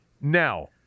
Now